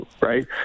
right